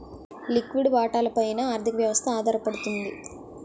లిక్విడి వాటాల పైన ఆర్థిక వ్యవస్థ ఆధారపడుతుంది